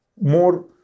more